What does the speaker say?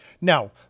Now